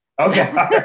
Okay